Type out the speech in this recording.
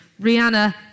Rihanna